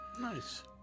Nice